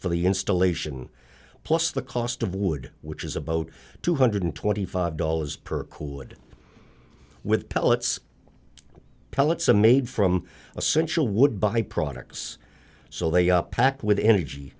for the installation plus the cost of wood which is about two hundred twenty five dollars per cord with pellets pellets a made from essential would by products so they packed with energy